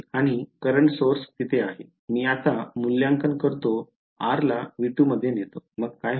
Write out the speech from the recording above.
मी आत मूल्यांकन करतो r ला V2 मध्ये नेतो तर मग काय होईल